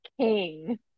king